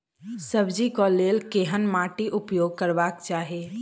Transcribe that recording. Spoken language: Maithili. सब्जी कऽ लेल केहन माटि उपयोग करबाक चाहि?